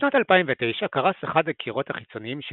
בשנת 2009 קרס אחד הקירות החיצוניים של